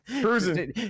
cruising